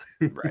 right